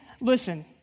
listen